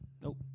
Nope